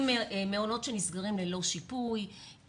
עם מעונות שנסגרים ללא שיפוי,